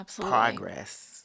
progress